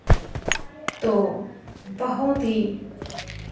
तो बहुत ही